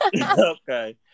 Okay